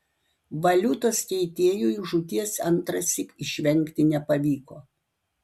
valiutos keitėjui žūties antrąsyk išvengti nepavyko